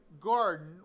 garden